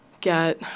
get